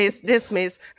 dismiss